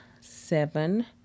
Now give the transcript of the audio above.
seven